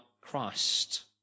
Christ